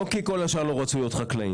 לא כי כל השאר לא רצו להיות חקלאים.